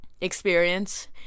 experience